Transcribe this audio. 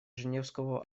женевского